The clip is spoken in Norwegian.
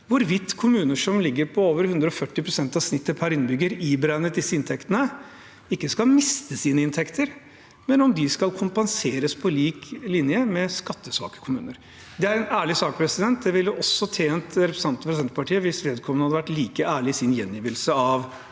hvorvidt kommuner som ligger på over 140 pst. av snittet per innbygger, iberegnet disse inntektene, ikke skal miste sine inntekter, men om de skal kompenseres på lik linje med skattesvake kommuner. Det er en ærlig sak. Det ville også tjent representanten fra Senterpartiet hvis vedkommende hadde vært like ærlig i sin gjengivelse av